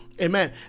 amen